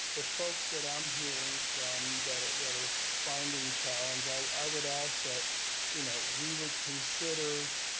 the folks that i'm hearing from, that are that are finding challenge, i would ask that you know we would consider